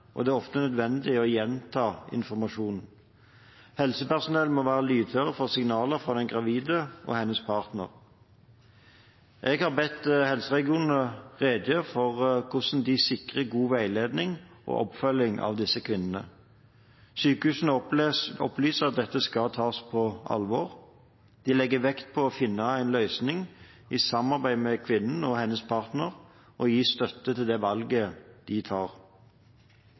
og det er ofte nødvendig å gjenta informasjonen. Helsepersonell må være lydhøre for signaler fra den gravide og hennes partner. Jeg har bedt helseregionene redegjøre for hvordan de sikrer god veiledning og oppfølging av disse kvinnene. Sykehusene opplyser at dette skal tas på alvor. De legger vekt på å finne en løsning i samarbeid med kvinnen og hennes partner og å gi støtte til det valget de tar.